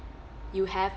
you have a